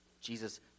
Jesus